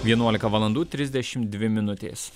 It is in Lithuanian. vienuolika valandų trisdešim dvi minutės